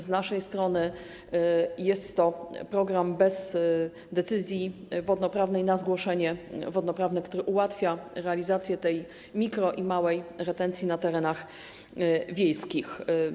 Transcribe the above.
Z naszej strony jest to program bez decyzji wodnoprawnej, na zgłoszenie wodnoprawne, które ułatwia realizację tej mikro- i małej retencji na terenach wiejskich.